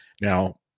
Now